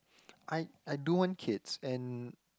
I I do want kids and